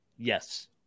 yes